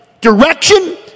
Direction